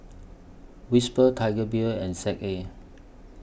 Whisper Tiger Beer and Z A